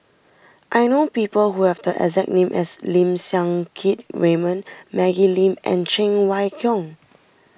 I know people who have the exact name as Lim Siang Keat Raymond Maggie Lim and Cheng Wai Keung